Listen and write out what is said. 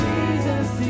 Jesus